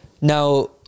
Now